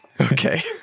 Okay